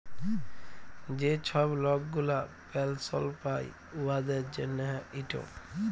যে ছব লক গুলা পেলসল পায় উয়াদের জ্যনহে ইট